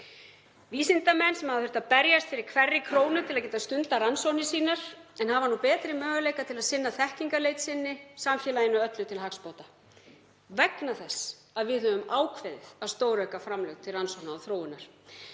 Vísindamenn sem hafa þurft að berjast fyrir hverri krónu til að geta stundað rannsóknir sínar en hafa nú betri möguleika á að geta sinnt þekkingarleit sinni, samfélaginu öllu til hagsbóta, vegna þess að við höfum ákveðið að stórauka framlög til rannsókna og þróunar.